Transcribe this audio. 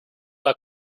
las